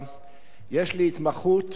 יש לי התמחות בנושא של גרפיטי.